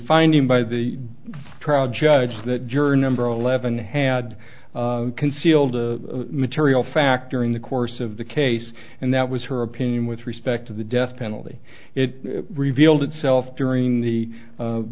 finding by the trial judge that juror number eleven had concealed a material fact during the course of the case and that was her opinion with respect to the death penalty it revealed itself during the